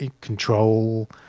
Control